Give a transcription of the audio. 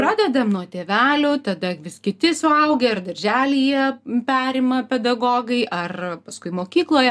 pradedam nuo tėvelių tada vis kiti suaugę ir darželyje perima pedagogai ar paskui mokykloje